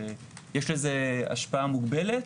שיש לזה השפעה מוגבלת.